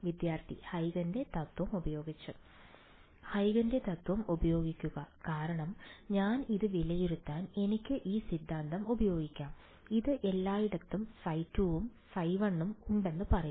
വിദ്യാർത്ഥി ഹ്യൂഗന്റെ Huygen's തത്വം ഹ്യൂഗന്റെ Huygen's തത്വം ഉപയോഗിക്കുക കാരണം ഞാൻ ഇത് വിലയിരുത്താൻ എനിക്ക് ഈ സിദ്ധാന്തം ഉപയോഗിക്കാം അത് എല്ലായിടത്തും ϕ2 ഉം ϕ1 ഉം ഉണ്ടെന്ന് പറയും